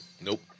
Nope